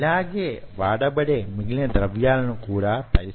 ఇలాగే వాడబడే మిగిలిన ద్రవ్యాలను కూడా పరిశీలించండి